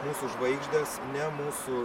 mūsų žvaigždės ne mūsų